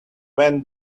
went